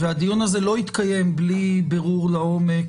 והדיון הזה לא יתקיים בלי בירור לעומק